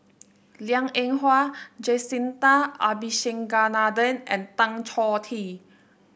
Liang Eng Hwa Jacintha Abisheganaden and Tan Choh Tee